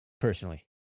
personally